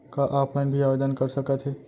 का ऑफलाइन भी आवदेन कर सकत हे?